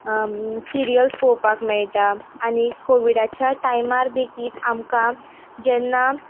serials पोवपाक मेयटा आनी कोविडाच्या टायमार देकीत आमकां जेन्ना